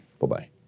Bye-bye